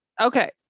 Okay